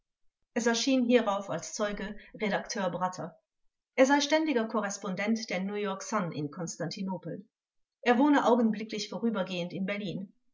es erschien hierauf als zeuge redakteur bratter er sei ständiger korrespondent der new york sun in konstantinopel er wohne augenblicklich vorübergehend in berlin